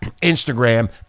instagram